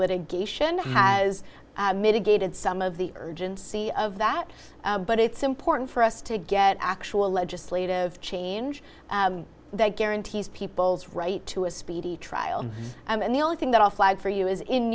litigation has mitigated some of the urgency of that but it's important for us to get actual legislative change that guarantees people's right to a speedy trial and the only thing that will flag for you is in